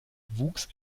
wuchs